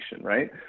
right